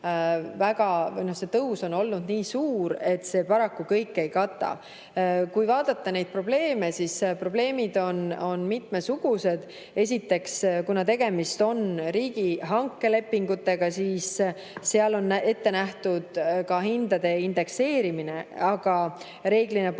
et tõus on olnud nii suur, et see paraku kõike ei kata. Kui vaadata neid probleeme, siis [näeme, et] probleemid on mitmesugused. Esiteks, kuna tegemist on riigihankelepingutega, siis seal on ette nähtud ka hindade indekseerimine, aga reeglina on see